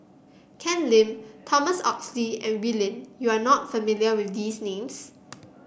Ken Lim Thomas Oxley and Wee Lin you are not familiar with these names